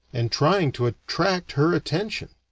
and trying to attract her attention.